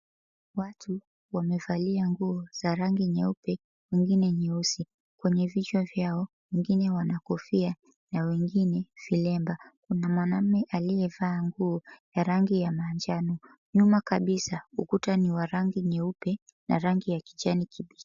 Watu wamevalia nguo za rangi nyeupe wengine nyeusi. Kwenye vichwa vyao wengine wana kofia na wengine vilemba. Kuna mwanaume aliyevaa nguo ya rangi ya manjano. Nyuma kabisa ukuta ni wa rangi nyeupe na rangi ya kijani kibichi.